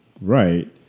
right